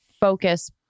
focus